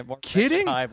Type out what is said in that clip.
kidding